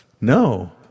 No